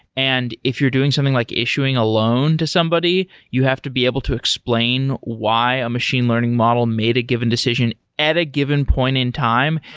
and if you're doing something like issuing a loan to somebody, you have to be able to explain why a machine learning model made a given decision at a given point in time,